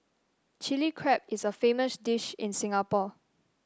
Chilli Crab is a famous dish in Singapore